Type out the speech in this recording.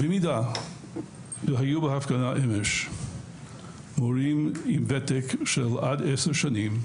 במידה והיו בהפגנה אמש מורים עם ותק של עד עשר שנים,